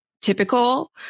typical